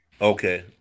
Okay